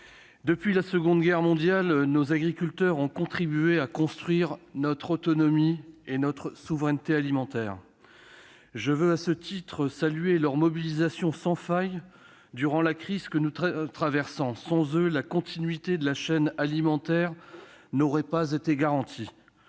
depuis la Seconde Guerre mondiale, nos agriculteurs ont contribué à construire notre autonomie et notre souveraineté alimentaire. Je veux à ce titre saluer leur mobilisation sans faille durant la crise que nous traversons. Sans eux, la continuité de la chaîne alimentaire n'aurait pas été garantie.